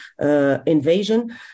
invasion